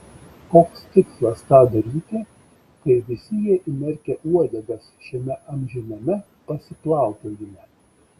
koks tikslas tą daryti kai visi jie įmerkę uodegas šiame amžiname pasiplaukiojime